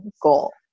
goal